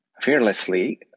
fearlessly